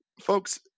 folks